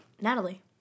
Natalie